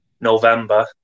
November